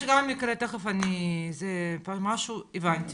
אז הבנתי